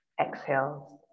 exhale